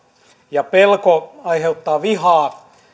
ja pelko aiheuttaa vihaa